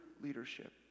leadership